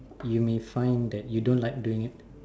you may find that you don't like doing it